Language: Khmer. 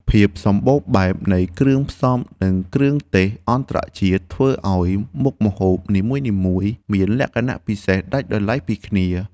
ភាពសម្បូរបែបនៃគ្រឿងផ្សំនិងគ្រឿងទេសអន្តរជាតិធ្វើឱ្យមុខម្ហូបនីមួយៗមានលក្ខណៈពិសេសដាច់ដោយឡែកពីគ្នា។